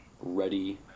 ready